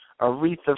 Aretha